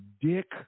dick